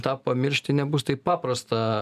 tą pamiršti nebus taip paprasta